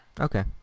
okay